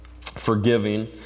forgiving